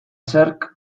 zerk